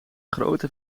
grote